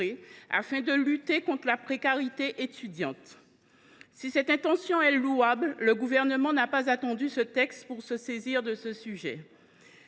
afin de lutter contre la précarité étudiante. Si cette intention est louable, le Gouvernement n’a pas attendu ce texte pour se saisir de ce sujet.